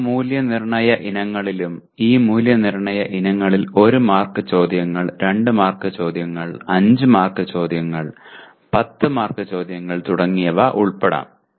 എല്ലാ മൂല്യനിർണ്ണയ ഇനങ്ങളിലും ഈ മൂല്യനിർണ്ണയ ഇനങ്ങളിൽ 1 മാർക്ക് ചോദ്യങ്ങൾ 2 മാർക്ക് ചോദ്യങ്ങൾ 5 മാർക്ക് ചോദ്യങ്ങൾ 10 മാർക്ക് ചോദ്യങ്ങൾ തുടങ്ങിയവ ഉൾപ്പെടാം